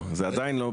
עניין אחד.